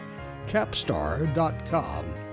capstar.com